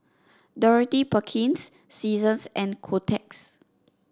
Dorothy Perkins Seasons and Kotex